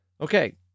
Okay